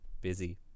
busy